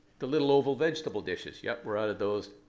the little oval vegetable dishes. yeah, were out of those.